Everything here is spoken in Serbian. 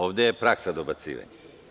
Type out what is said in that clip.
Ovde je praksa dobacivanje.